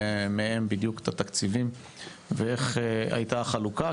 מהם בדיוק את התקציבים ואיך בדיוק הייתה החלוקה,